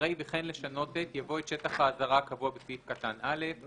אחרי "וכן לשנות את" יבוא "את שטח האזהרה הקבוע בסעיף קטן (א)",